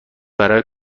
برای